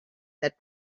that